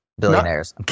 billionaires